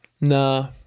Nah